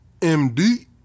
md